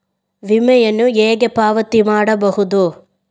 ವಿಮೆಯನ್ನು ಹೇಗೆ ಪಾವತಿ ಮಾಡಬಹುದು?